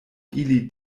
ili